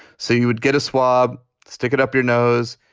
so you would get a swab, stick it up your nose.